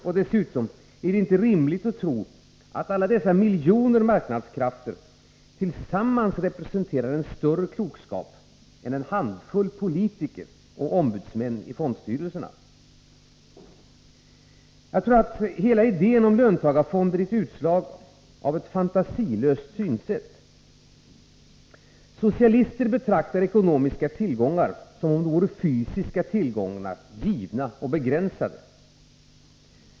Och dessutom: Är det inte rimligt att tro att alla dessa miljoner marknadskrafter tillsammans representerar en större klokskap än en handfull politiker och ombudsmän i fondstyrelserna? Hela idén om löntagarfonder är ett utslag av ett fantasilöst synsätt. Socialister betraktar ekonomiska tillgångar som om de vore fysiska tillgångar, givna och begränsade.